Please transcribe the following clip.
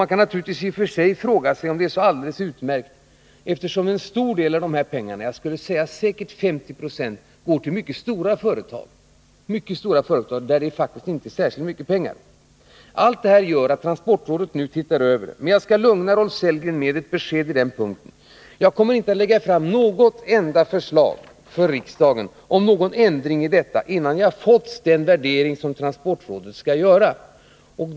Man kan naturligtvis också fråga sig om transportstödet är så utmärkt, med tanke på att en stor del av medlen — enligt min bedömning säkerligen 50 20 — går till mycket stora företag, för vilka dessa medel inte är särskilt stora pengar. Allt detta gör att transportrådet nu ser över denna stödform. Jag skall dock lugna Rolf Sellgren med ett besked på den punkten: Jag kommer inte att lägga fram något enda förslag för riksdagen om ändring i transportstödet, innan jag har tagit del av den utvärdering som transportrådet skall göra.